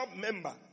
member